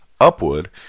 upward